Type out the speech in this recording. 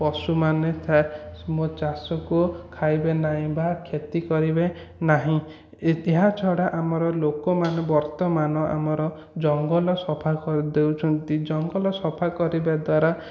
ପଶୁମାନେ ଥାଏ ମୋ ଚାଷକୁ ଖାଇବେ ନାହିଁ ବା କ୍ଷତି କରିବେ ନାହିଁ ଏହା ଛଡ଼ା ଆମର ଲୋକମାନେ ବର୍ତ୍ତମାନ ଆମର ଜଙ୍ଗଲ ସଫା କରି ଦେଉଛନ୍ତି ଜଙ୍ଗଲ ସଫା କରିବା ଦ୍ୱାରା